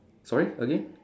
sorry again